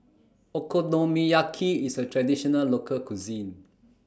Okonomiyaki IS A Traditional Local Cuisine